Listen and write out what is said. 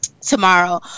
tomorrow